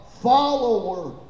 follower